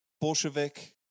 Bolshevik